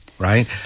right